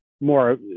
more